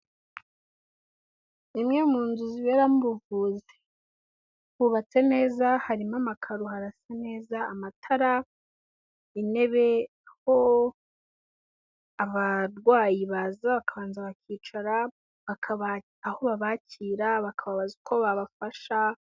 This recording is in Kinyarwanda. Imwe mu nzu ziberamo ubuvuzi hubatse neza harimo amakaro harasa neza, amatara intebe aho abarwayi baza bakabanza bakicara aho babakira bakabazaza uko babafasha.